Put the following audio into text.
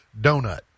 donut